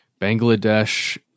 Bangladesh